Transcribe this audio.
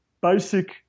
basic